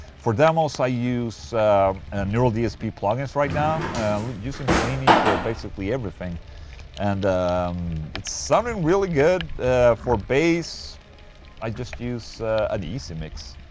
for demos i use neural dsp plugins right now i'm using plini for basically everything and it sounded really good for bass i just use an ez and mix